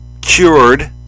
cured